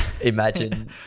imagine